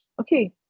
okay